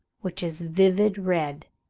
which is vivid red.